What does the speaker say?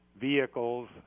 vehicles